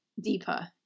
deeper